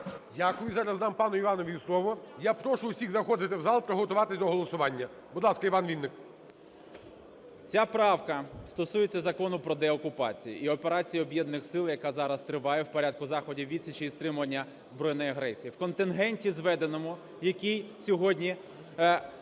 Дякую. Зараз дам пану Іванові слово. Я прошу всіх заходити в зал, приготуватись до голосування. Будь ласка, Іван Вінник. 12:02:20 ВІННИК І.Ю. Ця правка стосується Закону про деокупацію і операції Об'єднаних сил, яка зараз триває в порядку заходів відсічі і стримування збройної агресії. У контингенті зведеному, який сьогодні